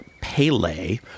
Pele